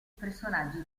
personaggi